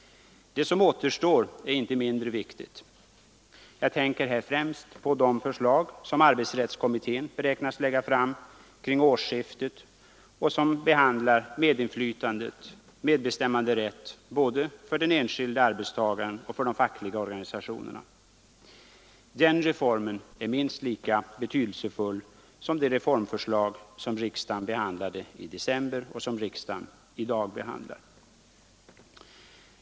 Det som återstår är inte mindre viktigt. Jag tänker här främst på de förslag som arbetsrättskommittén beräknas lägga fram kring årsskiftet och som behandlar medinflytandet, bestämmanderätten både för den enskilde arbetstagaren och för de fackliga organisationerna. Den reformen är minst lika betydelsefull som de reformförslag som riksdagen behandlade i december och de reformförslag som riksdagen i dag behandlar.